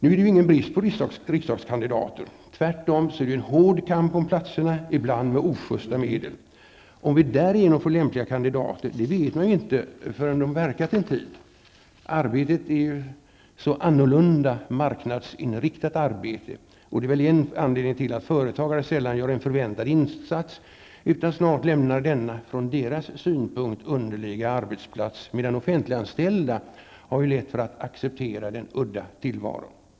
Det är nu ingen brist på riksdagskandidater; tvärtom är det en hård kamp om platserna, som ibland förs med ojusta medel. Om vi därigenom får lämpliga kandidater vet man inte förrän de har verkat en tid. Arbetet här i riksdagen är ju så skilt från marknadsinriktat arbete. Det är väl en anledning till att företagare sällan gör en förväntad insats, utan i stället snart lämnar denna från deras synpunkt underliga arbetsplats. Offentliganställda har däremot lätt för att acceptera den udda tillvaron.